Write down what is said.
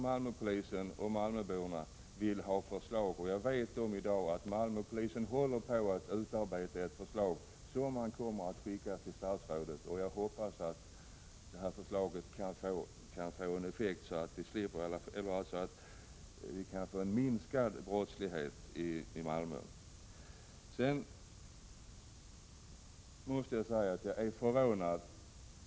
Malmöpolisen och malmöborna vill ha förslag till åtgärder, och jag vet att Malmöpolisen håller på att utarbeta ett förslag som man kommer att skicka tillstatsrådet. Jag hoppas att det kan ha effekt i form av minskad brottslighet i Malmö. Sedan måste jag säga att jag är förvånad.